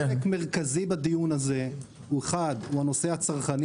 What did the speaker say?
חלק מרכזי בדיון הזה הוא, אחד, הנושא הצרכני.